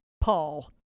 paul